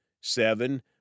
Seven